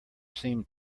seemed